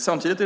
Samtidigt